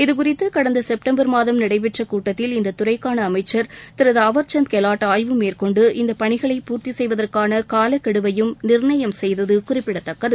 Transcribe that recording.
இது குறித்து கடந்த செப்டம்பர் மாதம் நளடபெற்ற கூட்டத்தில் இந்த துறைக்காள அமைச்சர் திரு தூவர்சந்த் கெலாட் ஆய்வு மேற்கொண்டு இந்த பணிகளை பூர்த்தி செய்வதற்கான காலக்கெடுவையும் நிர்ணயம் செய்தது குறிப்பிடத்தக்கது